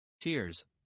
tears